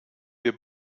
wir